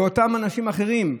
ואותם אנשים אחרים,